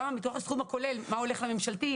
כמה מתוך הסכום הכולל הולך לממשלתי,